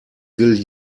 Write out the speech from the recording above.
will